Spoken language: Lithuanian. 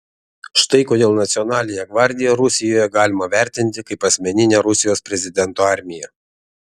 štai kodėl nacionalinę gvardiją rusijoje galima vertinti kaip asmeninę rusijos prezidento armiją